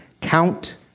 count